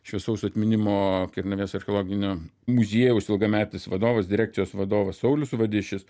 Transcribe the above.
šviesaus atminimo kernavės archeologinio muziejaus ilgametis vadovas direkcijos vadovas saulius vadišis